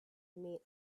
made